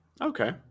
Okay